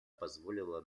позволила